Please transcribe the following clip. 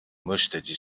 mustache